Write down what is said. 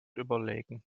überlegen